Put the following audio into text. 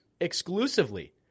exclusively